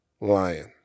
lion